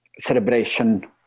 celebration